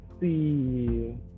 see